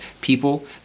people